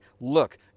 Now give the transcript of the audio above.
Look